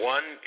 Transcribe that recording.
One